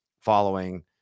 following